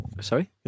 sorry